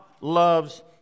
loves